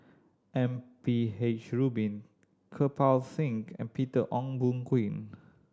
M P H Rubin Kirpal Singh and Peter Ong Boon Kwee